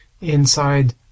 inside